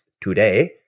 today